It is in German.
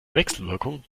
wechselwirkung